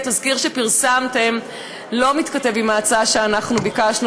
התזכיר שפרסמתם לא מתכתב עם ההצעה שביקשנו